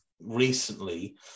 recently